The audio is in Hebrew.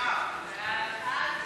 ההצעה להעביר